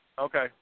Okay